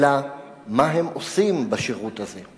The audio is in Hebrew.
אלא מה הם עושים בשירות הזה.